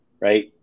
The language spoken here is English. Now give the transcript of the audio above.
right